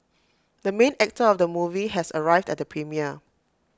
the main actor of the movie has arrived at the premiere